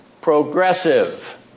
progressive